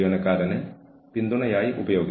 കൂടാതെ അത് ചെയ്തില്ലെങ്കിൽ പ്രശ്നം പരിഹരിക്കുക